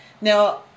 now